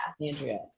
Andrea